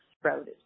sprouted